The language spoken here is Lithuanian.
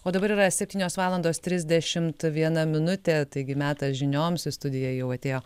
o dabar yra septynios valandos trisdešimt viena minutė taigi metas žinioms į studiją jau atėjo